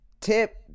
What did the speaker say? tip